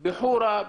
בח'ורה,